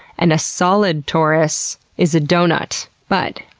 and a solid torus is a donut. but,